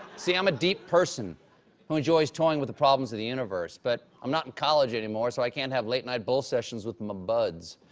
see, i'm a deep person who enjoys toying with problems of the universe. but i'm not in college anymore, so i can't have late night bull sessions with my buds.